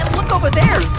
look over there.